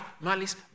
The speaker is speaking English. malice